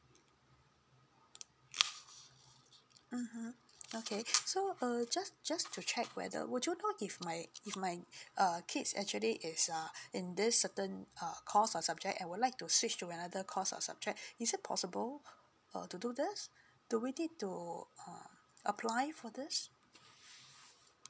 mmhmm okay so err just just to check whether would you know if my if my uh kids actually is err in this certain course or subject I would like to switch to another course or subject is it possible err to do this do we need to uh apply for this